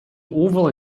oval